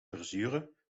verzuren